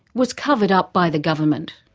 was covered up by the government.